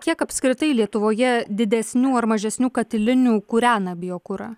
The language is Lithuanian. kiek apskritai lietuvoje didesnių ar mažesnių katilinių kūrena biokurą